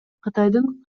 кытайдын